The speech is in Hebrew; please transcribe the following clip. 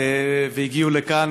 והגיעו לכאן,